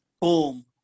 Boom